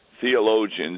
theologians